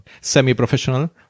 semi-professional